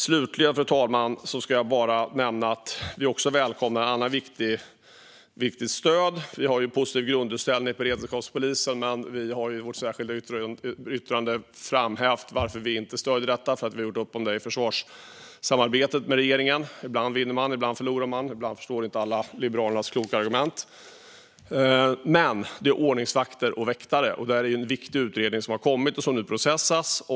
Slutligen, fru talman, ska jag bara nämna att vi välkomnar ett annat viktigt stöd. Vi har en positiv grundinställning till beredskapspolisen, men vi har i vårt särskilda yttrande framhävt varför vi inte stöder detta. Vi har nämligen gjort upp om detta inom försvarssamarbetet med regeringen. Ibland vinner man, och ibland förlorar man. Ibland förstår inte alla Liberalernas kloka argument. Detta gäller dock ordningsvakter och väktare, och det är en viktig utredning som har kommit och som nu processas.